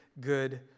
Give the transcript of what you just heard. good